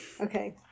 Okay